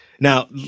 Now